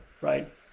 right